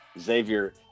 Xavier